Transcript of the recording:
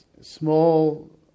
small